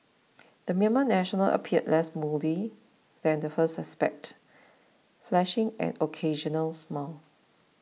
the Myanmar national appeared less moody than the first suspect flashing an occasional smile